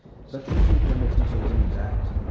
such use of the term mistizo is inexact,